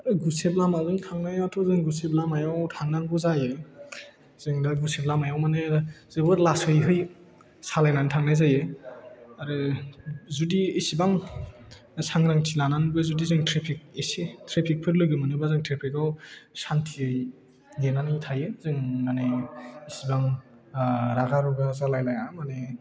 गुसेब लामाजों थांनायाथ' गुसेब लामायाव थांनांगौ जायो जों दा गुसेब लामायाव माने जोबोद लासैहै सालायनानै थांनाय जायो आरो जुदि इसेबां सांग्रांथि लानानैब्लाबो जुदि जों थ्रेफिक एसे थ्रेफिकफोर लोगो मोनोब्ला जों थ्रेफिकाव सान्थियै नेनानै थायो जों माने इसेबां माने रागा रुगा जालायलाया माने